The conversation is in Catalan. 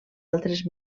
altres